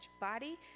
body